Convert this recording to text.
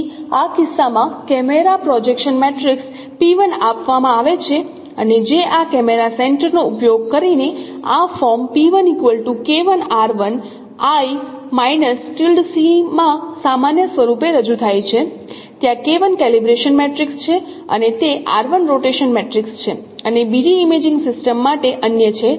તેથી આ કિસ્સામાં કેમેરા પ્રોજેક્શન મેટ્રિક્સ આપવામાં આવે છે અને જે આ કેમેરા સેન્ટરનો ઉપયોગ કરીને આ ફોર્મ માં સામાન્ય સ્વરૂપે રજૂ થાય છે જ્યાં કેલિબ્રેશન મેટ્રિક્સ છે અને તે રોટેશન મેટ્રિક્સ છે અને બીજી ઇમેજિંગ સિસ્ટમ માટે અન્ય છે